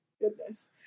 goodness